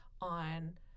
on